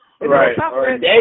Right